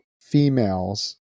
females